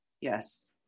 Yes